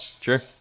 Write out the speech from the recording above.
Sure